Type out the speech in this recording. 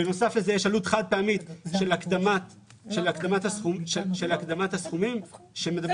בנוסף לזה יש עלות חד פעמית של הקדמת הסכומים שמדברת